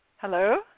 Hello